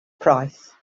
price